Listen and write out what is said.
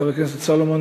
חבר הכנסת סולומון,